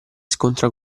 scontra